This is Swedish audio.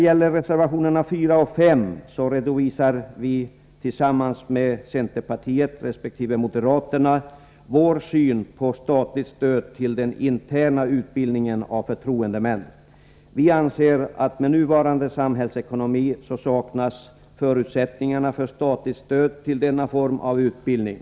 I reservationerna 4 och 5 redovisar vi — tillsammans med centerpartiet och moderaterna i reservation 4 och tillsammans med moderaterna i reservation 5 — vår syn på statligt stöd till den interna utbildningen av förtroendemän. Vi anser att med nuvarande samhällsekonomi saknas förutsättningar för statligt stöd till denna form av utbildning.